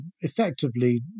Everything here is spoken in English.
effectively